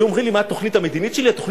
היו אומרים לי, מה התוכנית המדינית שלי?